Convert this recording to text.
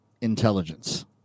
intelligence